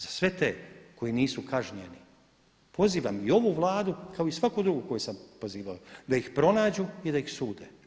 Za sve te koji nisu kažnjeni pozivam i ovu Vladu kao i svaku drugu koju sam pozivao da ih pronađu i da ih sude.